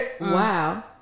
Wow